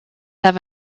have